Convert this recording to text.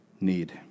need